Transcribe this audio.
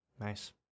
Nice